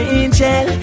angel